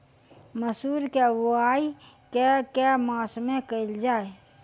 मसूर केँ बोवाई केँ के मास मे कैल जाए?